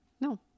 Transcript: No